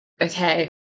Okay